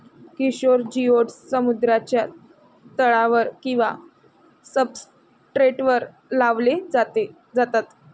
किशोर जिओड्स समुद्राच्या तळावर किंवा सब्सट्रेटवर लावले जातात